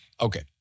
Okay